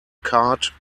cart